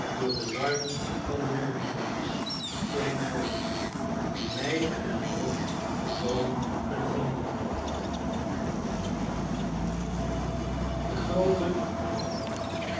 door de larven van de nonvlinders de kleine boomvijanden die mijlen in het rond de boomen kunnen vernielen de groote